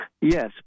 Yes